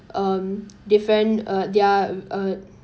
um different uh their uh